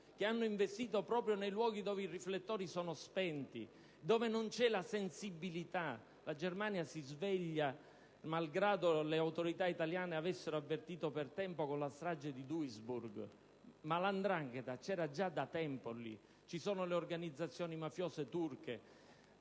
che hanno investito proprio nei luoghi in cui i riflettori sono spenti e in cui non vi è la sensibilità. La Germania si sveglia, malgrado le autorità italiane avessero avvertito per tempo, con la strage di Duisburg, ma la 'ndrangheta era già presente da tempo in quel Paese, oltre alle organizzazioni mafiose turche.